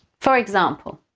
for example